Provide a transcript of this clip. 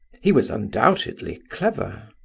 he was undoubtedly clever.